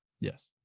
Yes